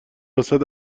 واست